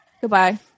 Goodbye